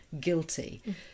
guilty